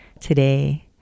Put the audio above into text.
today